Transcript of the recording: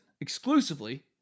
exclusively